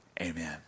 amen